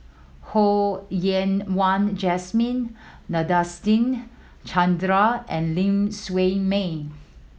Ho Yen Wah Jesmine Nadasen Chandra and Ling Siew May